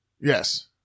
Yes